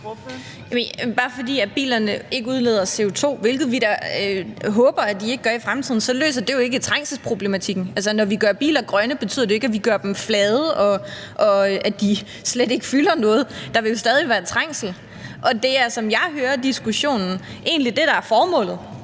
bare fordi bilerne ikke udleder CO2, hvilket vi da håber at de ikke gør i fremtiden, løser det jo ikke trængselsproblematikken. Altså, når vi gør biler grønne, betyder det jo ikke, at vi gør dem flade, og at de slet ikke fylder noget. Der vil jo stadig være trængsel. Og det er, som jeg hører diskussionen, egentlig det, der er formålet